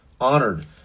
honored